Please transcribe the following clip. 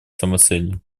самоцелью